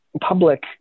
public